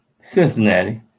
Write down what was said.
Cincinnati